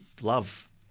love